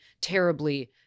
terribly